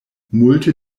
multe